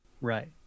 Right